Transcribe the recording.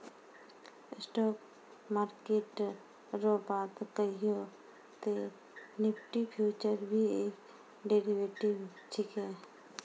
stock market रो बात कहियो ते निफ्टी फ्यूचर भी एक डेरीवेटिव छिकै